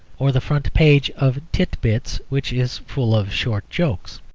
or the front page of tit-bits, which is full of short jokes.